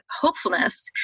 hopefulness